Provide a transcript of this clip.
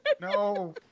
No